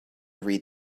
read